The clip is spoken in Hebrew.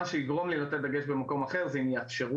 מה שיגרום לי לתת את הדגש במקום אחר זה אם יאפשרו